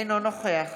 אינו נוכח